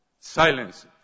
silence